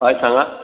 हय सांगात